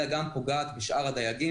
אלא גם פוגעת בשאר הדייגים,